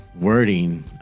wording